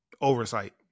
Oversight